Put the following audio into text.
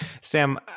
Sam